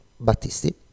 Battisti